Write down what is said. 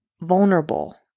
vulnerable